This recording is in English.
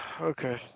okay